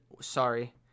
Sorry